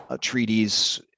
treaties